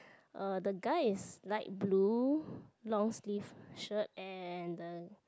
uh the guy is light blue long sleeve shirt and the